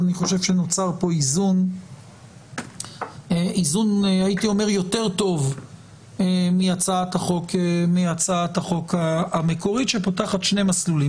אני חושב שנוצר פה איזון יותר טוב מהצעת החוק המקורית שפותחת שני מסלולים: